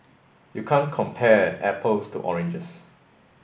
you can't compare apples to oranges